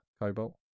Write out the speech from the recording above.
cobalt